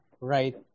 right